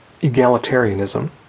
Egalitarianism